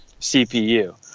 CPU